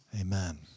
amen